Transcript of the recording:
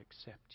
accept